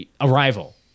Arrival